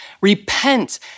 Repent